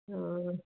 ਹਾਂ